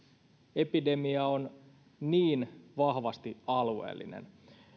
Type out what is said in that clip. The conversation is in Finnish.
epidemia on niin vahvasti alueellinen